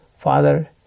Father